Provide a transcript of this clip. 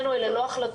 זה ההתייחסות